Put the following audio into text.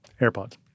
AirPods